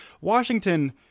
Washington